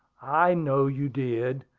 i know you did.